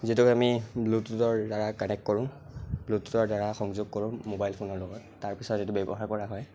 যিটোক আমি ব্লু'টুথৰ দ্বাৰা কানেক্ট কৰোঁ ব্লু'টুথৰ দ্বাৰা সংযোগ কৰোঁ ম'বাইল ফোনৰ লগত তাৰ পিছত এইটো ব্য়ৱহাৰ কৰা হয়